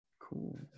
Cool